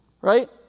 Right